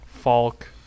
Falk